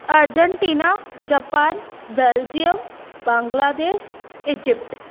Argentina Japan Belgium Bangladesh Egypt